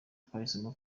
twahisemo